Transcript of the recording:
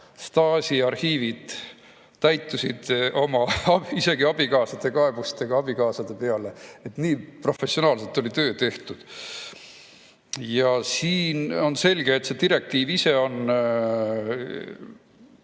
Stasi arhiivid täitusid isegi abikaasade kaebustega oma abikaasade peale, nii professionaalselt oli töö tehtud. Siin on selge, et see direktiiv ise on